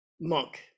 monk